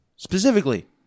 Specifically